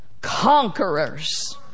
conquerors